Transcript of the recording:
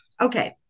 Okay